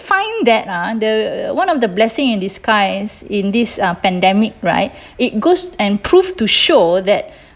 find that ah the one of the blessing in disguise in this um pandemic right it goes and prove to show that